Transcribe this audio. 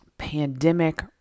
pandemic